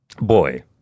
Boy